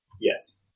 Yes